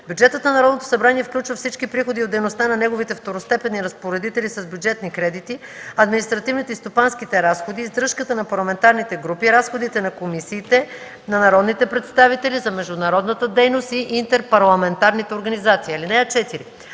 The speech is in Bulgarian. Бюджетът на Народното събрание включва всички приходи от дейността на неговите второстепенни разпоредители с бюджетни кредити, административните и стопанските разходи, издръжката на парламентарните групи, разходите на комисиите, на народните представители, за международната дейност и интерпарламентарните организации.